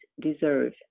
deserve